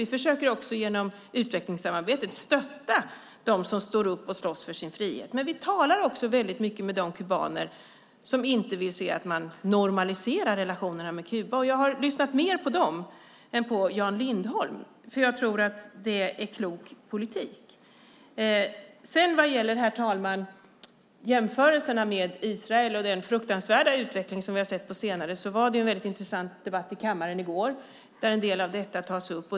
Vi försöker också genom utvecklingssamarbetet stötta dem som står upp och slåss för sin frihet, men vi talar också väldigt mycket med de kubaner som inte vill se att man normaliserar relationerna med Kuba. Jag har lyssnat mer på dem än på Jan Lindholm, för jag tror att det är klok politik. Herr talman! Vad gäller jämförelserna med Israel och den fruktansvärda utveckling vi har sett på senare tid var det en väldigt intressant debatt i kammaren i går där en del av detta togs upp.